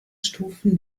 stufen